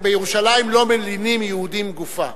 בירושלים יהודים לא מלינים גופה.